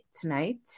tonight